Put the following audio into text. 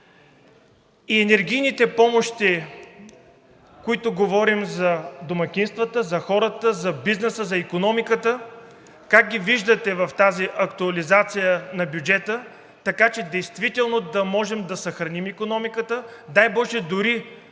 И енергийните помощи, които говорим, за домакинствата, за хората, за бизнеса, за икономиката, как ги виждате в тази актуализация на бюджета, така че действително да можем да съхраним икономиката. Дай боже, дори